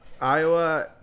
Iowa